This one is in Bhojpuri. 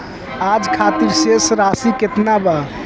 आज खातिर शेष राशि केतना बा?